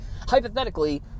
hypothetically